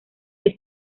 que